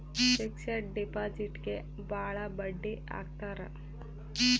fixed ಡಿಪಾಸಿಟ್ಗೆ ಭಾಳ ಬಡ್ಡಿ ಹಾಕ್ತರ